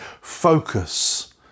focus